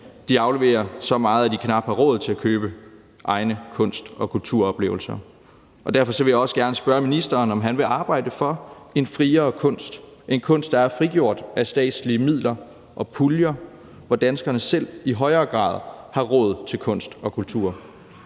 de afleverer så meget, at de knap har råd til at købe egne kunst- og kulturoplevelser. Derfor vil jeg også gerne spørge ministeren, om han vil arbejde for en friere kunst, en kunst, der er frigjort af statslige midler og puljer, hvor danskerne selv i højere grad har råd til kunst og kultur.